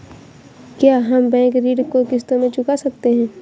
क्या हम बैंक ऋण को किश्तों में चुका सकते हैं?